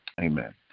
amen